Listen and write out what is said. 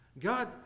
God